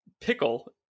pickle